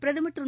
பிரதமர் திரு